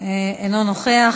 ממשלה שמקדמת